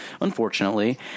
Unfortunately